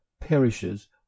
perishes